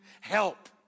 Help